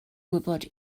gwybod